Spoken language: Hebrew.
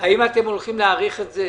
האם אתם הולכים להאריך את זה?